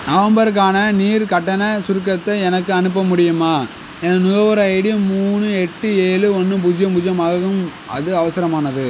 நவம்பருக்கான நீர் கட்டணச் சுருக்கத்தை எனக்கு அனுப்ப முடியுமா எனது நுகர்வோர் ஐடி மூணு எட்டு ஏழு ஒன்று பூஜ்ஜியம் பூஜ்ஜியம் ஆகும் அது அவசரமானது